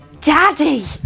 Daddy